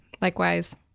Likewise